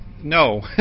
no